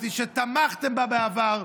שתמכתם בה בעבר.